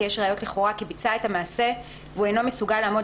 יש ראיות לכאורה כי ביצע את המעשה והוא אינו מסוגל לעמוד